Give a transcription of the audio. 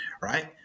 right